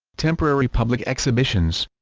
temporary public exhibitions